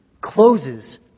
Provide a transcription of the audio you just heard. closes